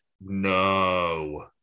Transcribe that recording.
No